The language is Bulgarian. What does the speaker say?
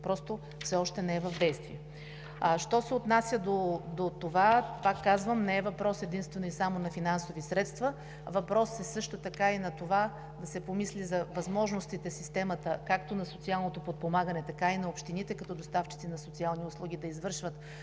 услуги все още не е в действие. Що се отнася до това, пак казвам, че не е въпрос единствено и само на финансови средства, въпрос е също така и на това да се помисли за възможностите системата както на социалното подпомагане, така и на общините като доставчици на социални услуги да извършват